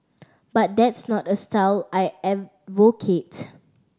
but that's not style I advocate